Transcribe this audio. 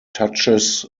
touches